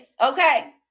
Okay